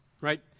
right